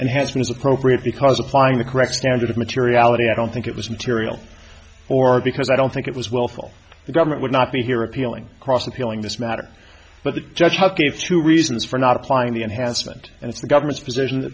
been is appropriate because applying the correct standard of materiality i don't think it was material or because i don't think it was willful the government would not be here appealing across appealing this matter but the judge how gave two reasons for not applying the enhancement and it's the government's position